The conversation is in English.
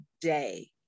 day